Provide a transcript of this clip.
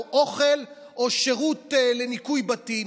אוכל או שירות לניקוי בתים,